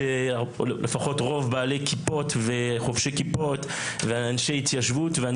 רוב בעלי כיפות וחובשי כיפות ואנשי התיישבות ואני